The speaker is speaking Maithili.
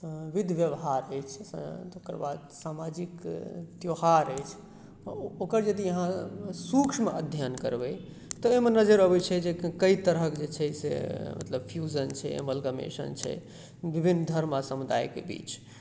विध व्यवहार अछि तकर बाद सामाजिक त्योहार अछि ओकर यदि अहाँ सूक्ष्म अध्ययन करबै तऽ ओहिमे नजर अबै छै जे कएक तरहके जे छै से मतलब फ्यूजन छै वल्गमेशन छै विभिन्न धर्म आओर समुदायके बीच